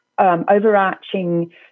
overarching